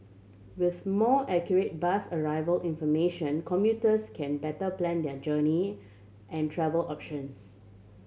with more accurate bus arrival information commuters can better plan their journey and travel options